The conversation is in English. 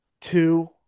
Two